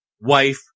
wife